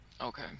okay